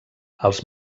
els